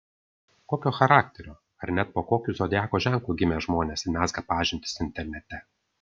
kokio charakterio ar net po kokiu zodiako ženklu gimę žmonės mezga pažintis internete